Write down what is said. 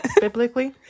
Biblically